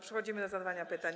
Przechodzimy do zadawania pytań.